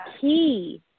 key